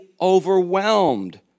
overwhelmed